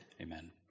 amen